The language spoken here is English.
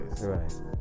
Right